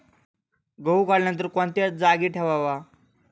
गहू काढल्यानंतर कोणत्या जागी ठेवावा?